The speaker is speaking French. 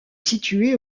située